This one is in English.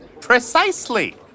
Precisely